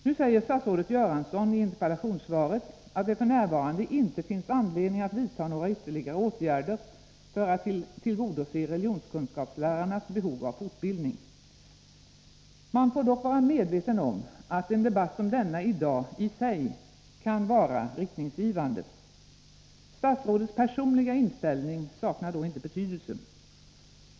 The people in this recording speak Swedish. Nu säger statsrådet Göransson i interpellationssvaret att det f. n. inte finns anledning att vidta några ytterligare åtgärder för att tillgodose religionskunskapslärarnas behov av fortbildning. Man får dock vara medveten om att en debatt som den i dag i sig kan vara riktningsgivande. Statsrådets personliga inställning saknar då inte betydelse.